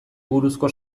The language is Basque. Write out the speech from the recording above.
buruzko